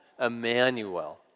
Emmanuel